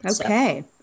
Okay